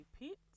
repeat